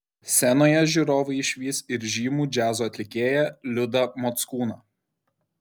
scenoje žiūrovai išvys ir žymų džiazo atlikėją liudą mockūną